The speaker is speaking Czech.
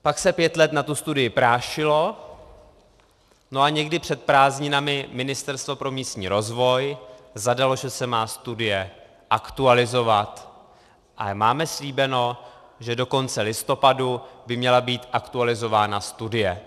Pak se pět let na tu studii prášilo a někdy před prázdninami Ministerstvo pro místní rozvoj zadalo, že se má studie aktualizovat, ale máme slíbeno, že do konce listopadu by měla být aktualizována studie.